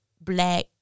black